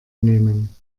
nehmen